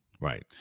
Right